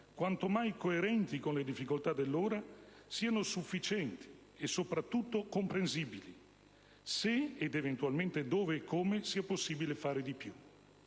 quanto mai coerenti con le difficoltà dell'ora, siano sufficienti e soprattutto comprensibili; se, ed eventualmente dove e come, sia possibile fare di più.